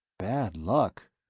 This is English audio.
bad luck,